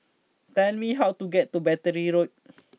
please tell me how to get to Battery Road